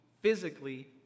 physically